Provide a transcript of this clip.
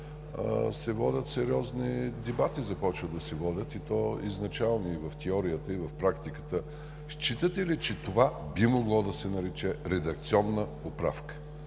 се водят сериозни дебати, и то изначални и в теорията, и в практиката. Считате ли, че това би могло да се нарече „редакционна поправка“,